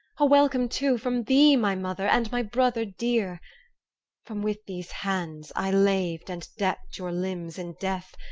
a welcome too, from thee, my mother, and my brother dear from with these hands, i laved and decked your limbs in death,